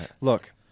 Look